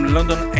London